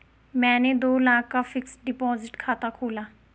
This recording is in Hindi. मैंने दो लाख का फ़िक्स्ड डिपॉज़िट खाता खोला